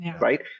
right